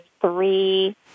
three